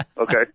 Okay